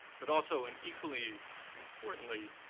but also, and equally importantly,